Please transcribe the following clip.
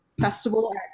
festival